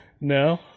No